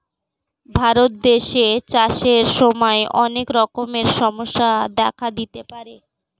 ভারত দেশে চাষের সময় অনেক রকমের সমস্যা দেখা দিতে পারে